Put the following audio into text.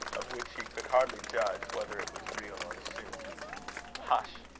of which he could hardly judge whether it was real or assumed hush!